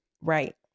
Right